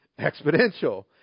Exponential